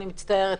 אני מצטערת,